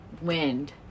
wind